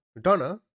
Donna